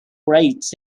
rights